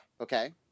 Okay